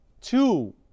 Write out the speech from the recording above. two